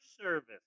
service